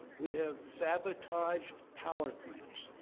we have sabotaged power plants,